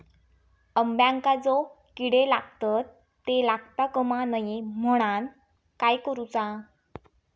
अंब्यांका जो किडे लागतत ते लागता कमा नये म्हनाण काय करूचा?